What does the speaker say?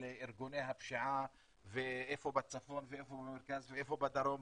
ארגוני הפשיעה ואיפה בצפון ואיפה במרכז ואיפה בדרום,